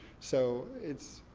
so it's,